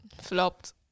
Flopped